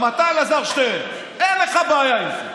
גם אתה, אלעזר שטרן, אין לך בעיה עם זה,